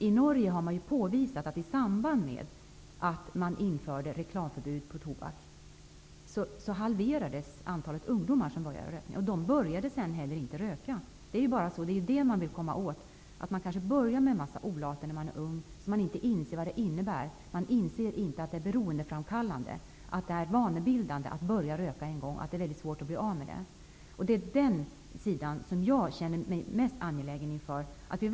I Norge har man påvisat att i samband med att man införde reklamförbud mot tobak halverades antalet ungdomar som började röka. De började inte röka senare heller. Det är just dit man vill komma: att inte börja med en massa olater när man är ung och inte inser vad det innebär, nämligen att det är beroendeframkallande och vanebildande att börja röka och att det är väldigt svårt att sluta röka. Att vi tänker på detta, är jag mest angelägen om.